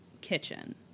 kitchen